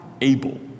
able